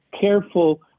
careful